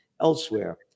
elsewhere